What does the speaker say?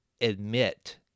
admit